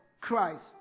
Christ